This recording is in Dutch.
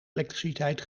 elektriciteit